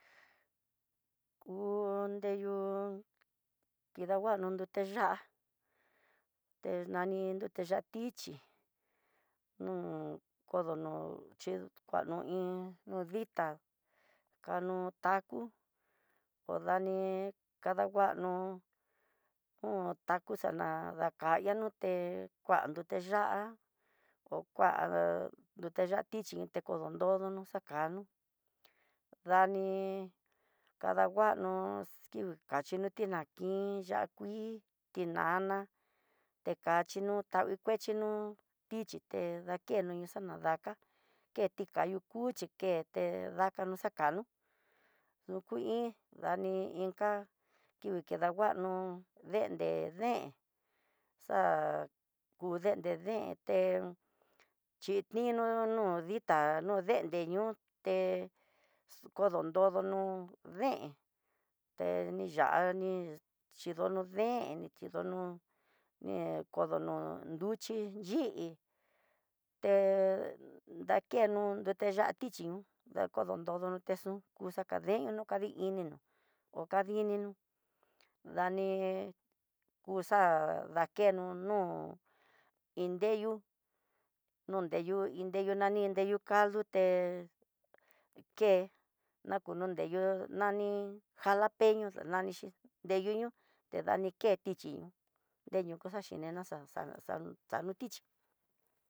Kundeyu kidanguano nrute ya'á, te nani nrute ya'á tichi nu kodono xhi kuano iin, ditá kano taco o dani kadanguano ho taco xakaña nduté he kuan yuté ya'á hó ngua nrute ya'á tichí tekondo nrodono xakano, dani kadanguano kini kangui no tinankin iin ya'á kui tinana kachino tangui kuechinó, tichí dakeno ñaxanadaka keti cayu cuchi keté, té dakano xakano duku iin dani inka kidi kidanguano ndente deen dá ku ndende deen té xhininó no ditá no ndende niuté kodo nrodonó, deen te ni yani xhidono deen xhidonono ne kodono nduchí yii, te dakeno nrute ya'á tichí de dontodono queso tuxakenon, kadi inó okadiininó ndani kuxa'a dakeno nó iindeyu nondeyo iin deyu nani ndeyu kayoté ké nakudundeyó nani jalapeño nanixhi deñuño dani ke tichí deyu xachí neya xa'a xa xatichí.